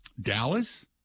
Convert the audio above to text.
Dallas